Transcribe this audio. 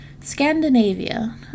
Scandinavia